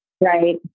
Right